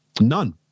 None